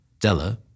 Della